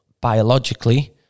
biologically